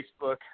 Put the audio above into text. Facebook